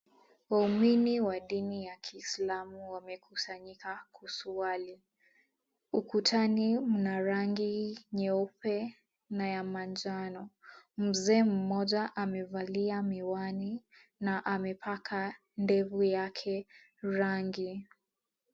Waumini wa dini ya kislamu wamekusanyika kuswali. Ukutani mna rangi nyeupe na ya manjano. Mzee mmoja amevalia miwani na amepaka ndevu yake rangi.